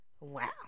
wow